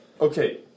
Okay